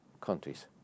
countries